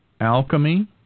alchemy